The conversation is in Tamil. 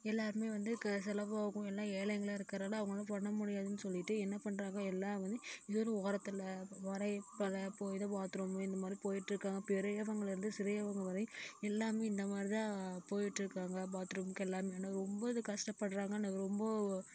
எல்லோருமே வந்து செலவாகும் எல்லாம் ஏழைகளாக இருக்குறனால் அவங்களால பண்ண முடியாதுன்னு சொல்லிவிட்டு என்ன பண்றாங்க எல்லோருமே ஓரத்தில் பாத்ரூமும் இந்தமாதிரி போயிட்டிருக்காங்க பெரியவங்கலேருந்து சிறியவங்க வரை எல்லாமே இந்தமாதிரி தான் போயிட்டிருக்காங்க பாத்ரூமுக்கு எல்லாமே இதுக்கு ரொம்ப கஷ்டப்படுறாங்க ரொம்ப